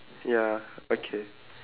ya okay